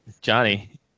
Johnny